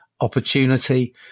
opportunity